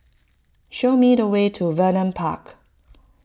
show me the way to Vernon Park